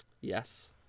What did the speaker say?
Yes